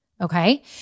Okay